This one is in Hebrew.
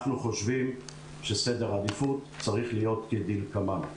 אנחנו חושבים שסדר העדיפות צריך להיות כדלקמן.